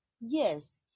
yes